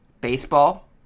Baseball